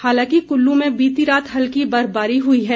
हालांकि कुल्लू में बीती रात हल्की बर्फबारी हुई है